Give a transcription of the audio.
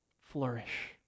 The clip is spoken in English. flourish